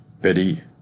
Betty